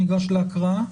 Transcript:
ניגש להקראה?